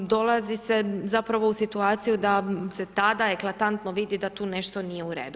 Dolazi se zapravo u situaciju da se tada eklatantno vidi da tu nešto nije u redu.